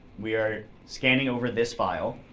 we are scanning over this file.